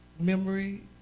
memory